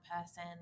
person